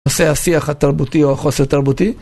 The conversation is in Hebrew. נושא השיח התרבותי או החוסר התרבותי